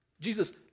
Jesus